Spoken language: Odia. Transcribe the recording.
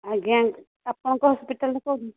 ଆଜ୍ଞା ଆପଣଙ୍କ ହସ୍ପିଟାଲ୍ରେ କରିନି